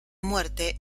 muerte